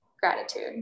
gratitude